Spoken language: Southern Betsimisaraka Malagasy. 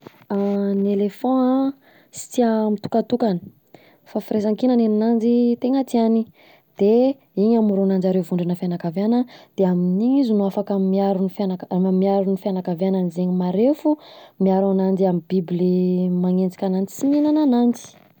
Ny elefanta an sy tia mitokatokana, fa firaisan-kina nen'ananjy tegna tiany, de iny amoronanjareo vondrona fianakaviana, de amin’iny izy no afaka miaro ny fianaka- miaro ny fianakavianany zegny marefo, miaro ananjy amin’ny biby le manenjika ananjy sy mihinana ananjy.